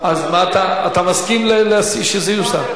אז אתה מסכים שזה יוסר?